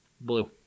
blue